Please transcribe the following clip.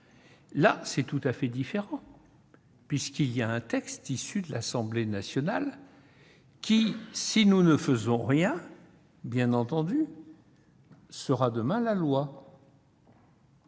Là, c'est tout à fait différent : il y a un texte issu de l'Assemblée nationale qui, si nous ne faisons rien, sera demain la loi.